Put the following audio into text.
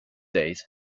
days